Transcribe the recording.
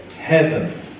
heaven